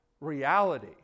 reality